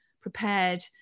prepared